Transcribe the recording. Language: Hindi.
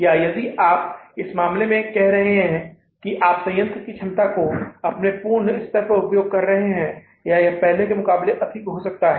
या यदि आप इस मामले में कह रहे हैं कि आप संयंत्र की क्षमता को अपने पूर्ण स्तर पर उपयोग कर रहे हैं या ये पहले के मुकाबले अधिक हो सकता है